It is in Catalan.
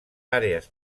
àrees